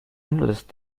english